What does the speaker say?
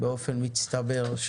באופן מצטבר,